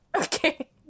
Okay